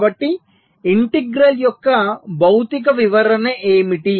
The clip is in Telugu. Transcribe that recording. కాబట్టి ఇంటిగ్రల్ యొక్క భౌతిక వివరణ ఏమిటి